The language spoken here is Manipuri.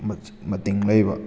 ꯃꯇꯤꯡ ꯂꯩꯕ